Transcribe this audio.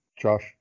Josh